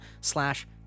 slash